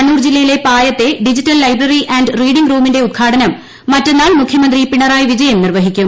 കണ്ണൂർ ജില്ലയിലെ പായത്തെ digital library and reading റൂമിന്റെ ഉദ്ഘാടനം മറ്റന്നാൾ മുഖൃമന്ത്രി പിണറായി വിജയൻ നിർവഹിക്കും